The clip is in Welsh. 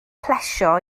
plesio